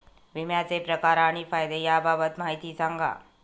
विम्याचे प्रकार आणि फायदे याबाबत माहिती सांगा